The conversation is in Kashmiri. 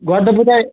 گۄڈٕ دوٚپوٕ تۄہہِ